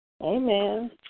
Amen